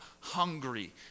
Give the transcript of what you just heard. hungry